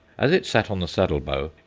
as it sat on the saddle-bow,